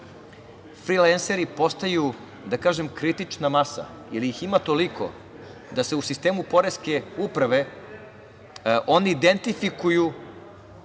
frilenseri postaju, da tako kažem, kritična masa jer ih ima toliko da se u sistemu poreske uprave oni identifikuju